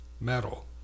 Metal